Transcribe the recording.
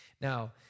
Now